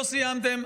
לא סיימתם,